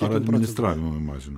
ar administravimą mažino